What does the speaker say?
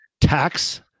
tax